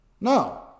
No